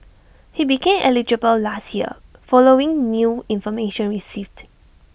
he became eligible last year following new information received